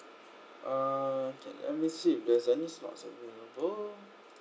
okay let me see if there's any slots available